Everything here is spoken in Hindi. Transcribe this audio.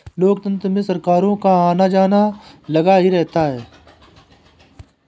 लोकतंत्र में सरकारों का आना जाना लगा ही रहता है